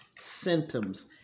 symptoms